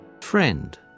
Friend